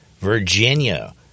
Virginia